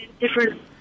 different